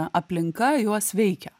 aplinka juos veikia